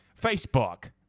Facebook